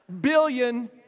billion